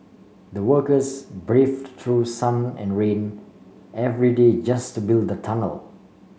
the workers braved through sun and rain every day just to build the tunnel